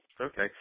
Okay